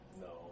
No